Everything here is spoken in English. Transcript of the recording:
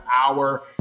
hour